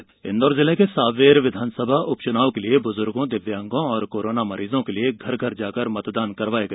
उपचुनाव डाक मतपत्र इंदौर जिले के सांवेर विधानसभा उपचुनाव के लिये बुजुर्गों दिव्यांगों और कोरोना मरीजों के लिए घर घर जाकर मतदान करवाया गया